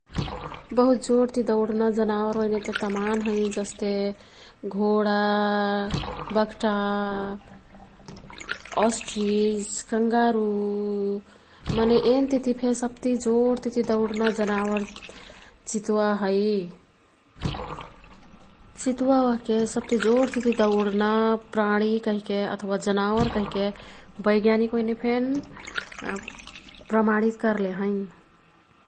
बहुत जोडति दौड्ना जनावर ओइनेते तमान हैं। जस्ते घोडा, बघ्टा, ऑस्ट्रीच, कंगारु मने एन्तितिफे सब्ति जोड्ती दौड्ना जनावर चितवा है। चितवा ओह्के सब्ति जोड्तिती दौड्ना प्राणी कहिके अथवा जनावर कहिके वैज्ञानिक ओइनेफ़ेन् प्रमाणित कर्ले हैं।